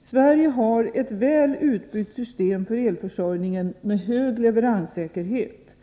Sverige har ett väl utbyggt system för elförsörjningen med hög leveranssäkerhet.